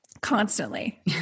Constantly